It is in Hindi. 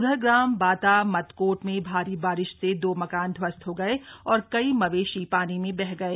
उधर ग्राम बाता मदकोट में भारी बारिश से दो मकान ध्वस्त हो गए और कई मवेशी पानी में बह गए